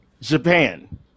Japan